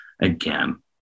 again